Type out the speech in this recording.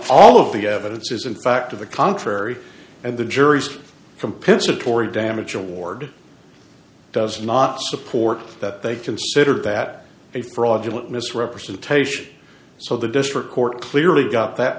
all of the evidence is in fact of the contrary and the jury compensatory damages award does not support that they considered that a fraudulent misrepresentation so the district court clearly got that